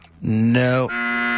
No